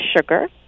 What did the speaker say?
sugar